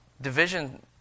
division